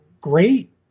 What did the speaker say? great